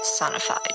Sonified